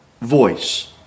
voice